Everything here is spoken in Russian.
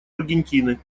аргентины